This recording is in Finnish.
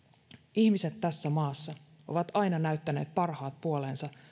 ihmiset tässä maassa ovat aina näyttäneet parhaat puolensa